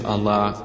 Allah